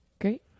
Great